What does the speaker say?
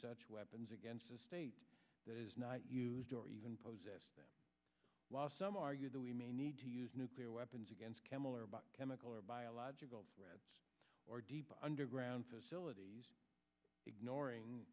such weapons against a state that is not used or even poses some argue that we may need to use nuclear weapons against chemical or about chemical or biological weapons or deep underground facilities ignoring